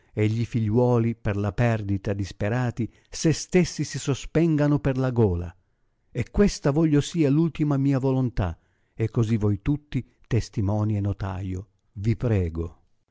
e gli figliuoli per la perdita disperati se stessi si sospengano per la gola e questa voglio sia l ultima mia volontà e così voi tutti testimoni e notaio vi prego